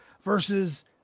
versus